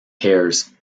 hairs